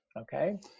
Okay